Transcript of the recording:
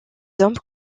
hommes